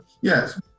yes